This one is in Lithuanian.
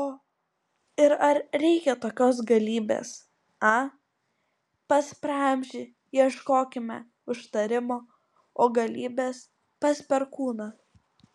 o ir ar reikia tokios galybės a pas praamžį ieškokime užtarimo o galybės pas perkūną